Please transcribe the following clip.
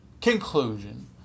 Conclusion